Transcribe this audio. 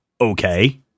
okay